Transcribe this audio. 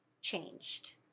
changed